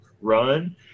run